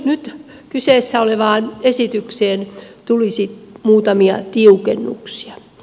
nyt kyseessä olevaan esitykseen tulisi muutamia tiukennuksia